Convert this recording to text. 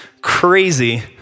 crazy